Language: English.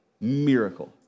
miracle